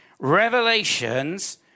Revelations